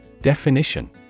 Definition